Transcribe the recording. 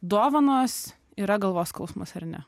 dovanos yra galvos skausmas ar ne